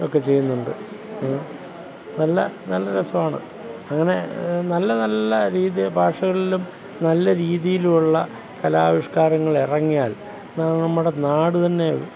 ഒക്കെ ചെയ്യുന്നുണ്ട് നല്ല നല്ല രസമാണ് അങ്ങനെ നല്ല നല്ല രീതി ഭാഷകളിലും നല്ല രീതിയിലുള്ള കലാവിഷ്കാരങ്ങൾ ഇറങ്ങിയാൽ നമ്മുടെ നാട് തന്നെ